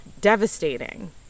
devastating